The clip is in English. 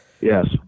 yes